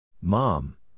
Mom